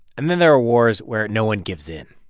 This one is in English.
and then, there are wars where no one gives in.